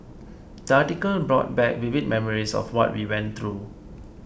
the article brought back vivid memories of what we went through